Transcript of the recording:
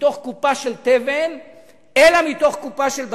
מתוך קופה של תבן אלא מתוך קופה של בשר".